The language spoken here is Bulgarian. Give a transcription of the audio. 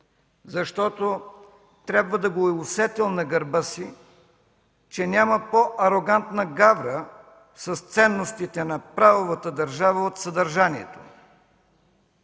защото трябва да го е усетил на гърба си, че няма по- арогантна гавра с ценностите на правовата държава от съдържанието